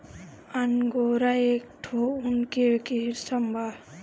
angora एक ठो ऊन के किसिम बा